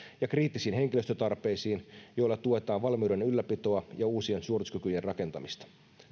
ja kriittisiin henkilöstötarpeisiin joilla tuetaan valmiuden ylläpitoa ja uusien suorituskykyjen rakentamista